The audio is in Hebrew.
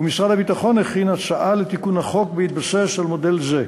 ומשרד הביטחון הכין הצעה לתיקון החוק בהתבסס על מודל זה.